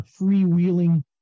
freewheeling